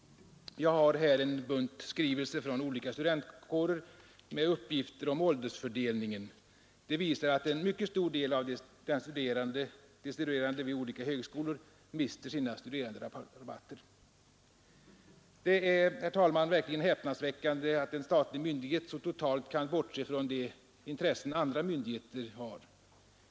Jag har här en bunt skrivelser från olika studentkårer med uppgifter om åldersfördelningen. De visar att en mycket stor del av de studerande vid olika högskolor mister sina studeranderabatter. Det är, herr talman, verkligen häpnadsväckande att en statlig myndighet så totalt kan bortse från de intressen andra myndigheter har.